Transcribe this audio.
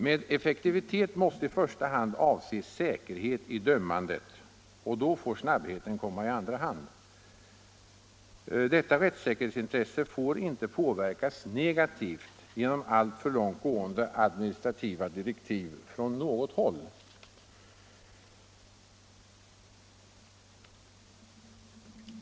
Med effektivitet måste i första hand avses säkerhet i dömandet, och då får snabbheten komma i andra hand. Detta rättssäkerhetsintresse får inte påverkas negativt genom alltför långt gående administrativa direktiv från något håll.